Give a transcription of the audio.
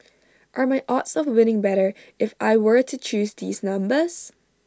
are my odds of winning better if I were to choose these numbers